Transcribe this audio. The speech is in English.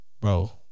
Bro